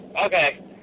okay